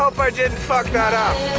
hope i didn't fuck that up.